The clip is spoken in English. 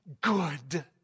good